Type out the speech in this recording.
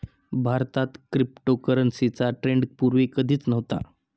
भारतात क्रिप्टोकरन्सीचा ट्रेंड पूर्वी कधीच नव्हता